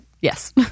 Yes